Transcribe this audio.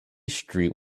street